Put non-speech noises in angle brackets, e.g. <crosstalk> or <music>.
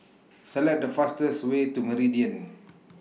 <noise> Select The fastest Way to Meridian